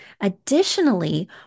Additionally